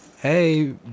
Hey